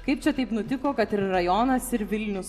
kaip čia taip nutiko kad ir rajonas ir vilnius